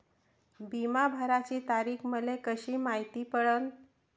बिमा भराची तारीख मले कशी मायती पडन?